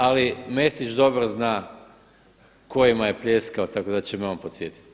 Ali Mesić dobro zna kojima je pljeskao tako da će me on podsjetiti.